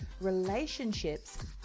relationships